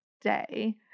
day